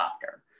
doctor